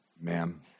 Ma'am